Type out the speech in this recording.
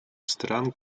стран